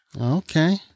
Okay